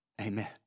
Amen